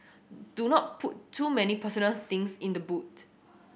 do not put too many personal things in the boot